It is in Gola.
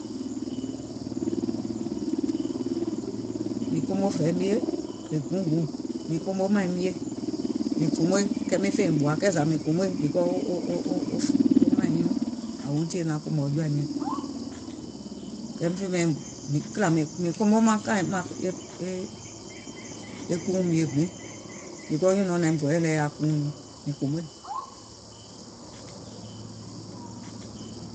Mìŋ komo vɛi mie è guùŋ guùŋ, mìŋ komo màiŋ mie, mìŋ kòmoìŋ, kɛɛ zȧ miŋ fèiŋ gbòà, kɛɛ zȧ miŋ fèiŋ gbòà, mìŋ kòmoìŋ because o o o wò màiŋ nyuuŋ yàwiuŋ naŋ kòmò aŋ jɔ̀ȧim nyȧŋ, e kìlȧ mìŋ komo e kùuùŋ mie gbiŋ, because nyùnɔ̀ɔŋ naim gɔɔyɛ̀ lɛ yaȧ kùuùŋ nyuuŋ mìŋ kòmoìŋ.